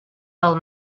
del